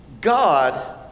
God